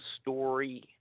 story